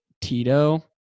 tito